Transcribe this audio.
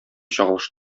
чагылыш